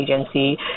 Agency